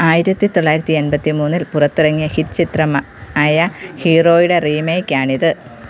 ആയിരത്തി തൊള്ളായിരത്തി എൺപത്തി മൂന്നിൽ പുറത്തിറങ്ങിയ ഹിറ്റ് ചിത്രം ആയ ഹീറോയുടെ റീമേക്ക് ആണിത്